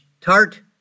tart